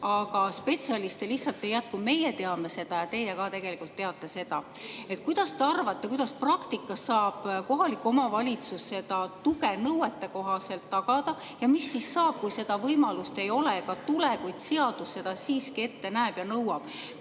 aga spetsialiste lihtsalt ei jätku. Meie teame seda ja teie ka tegelikult teate seda. Mis te arvate, kuidas praktikas saab kohalik omavalitsus seda tuge nõuetekohaselt tagada? Ja mis siis saab, kui seda võimalust ei ole ega tule, kuid seadus seda siiski ette näeb ja nõuab?